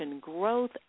growth